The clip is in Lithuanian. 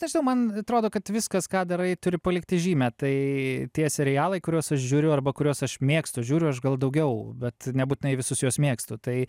tai žinai man atrodo kad viskas ką darai turi palikti žymę tai tie serialai kuriuos aš žiūriu arba kuriuos aš mėgstu žiūriu aš gal daugiau bet nebūtinai visus juos mėgstu tai